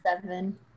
Seven